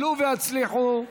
עלו והצליחו.